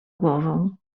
głową